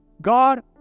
God